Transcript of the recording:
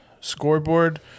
scoreboard